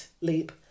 Leap